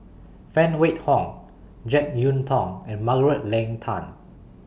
Phan Wait Hong Jek Yeun Thong and Margaret Leng Tan